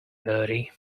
bertie